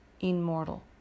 immortal